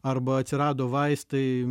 arba atsirado vaistai